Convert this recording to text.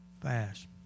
Fast